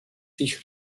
sich